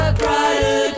brighter